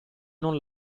non